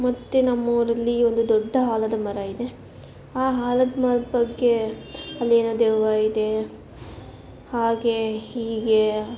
ಮತ್ತು ನಮ್ಮ ಊರಲ್ಲಿ ಒಂದು ದೊಡ್ಡ ಆಲದ ಮರ ಇದೆ ಆ ಆಲದ ಮರದ ಬಗ್ಗೆ ಅಲ್ಲೇನೋ ದೆವ್ವ ಇದೆ ಹಾಗೆ ಹೀಗೆ